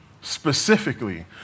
Specifically